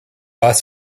pas